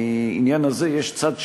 לעניין הזה יש צד שני,